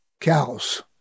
Cows